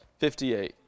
58